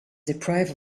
deprived